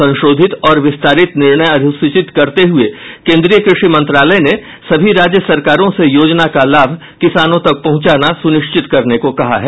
संशोधित और विस्तारित निर्णय अधिसूचित करते हुए कोन्द्रीय कृषि मंत्रालय ने सभी राज्य सरकारों से योजना का लाभ किसानों तक पहुंचाना सुनिश्चित करने को कहा है